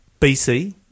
BC